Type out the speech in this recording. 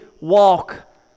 walk